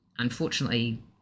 unfortunately